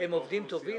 הם עובדים טובים?